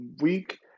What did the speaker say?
week